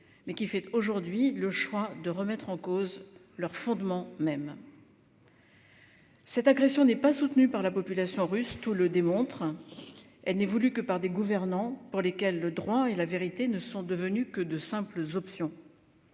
mais qui, aujourd'hui, choisit de remettre en cause leurs fondements mêmes. Cette agression n'est pas soutenue par la population russe, tout le démontre ; elle n'est voulue que par des gouvernants, pour lesquels le droit et la vérité ne sont que de simples options.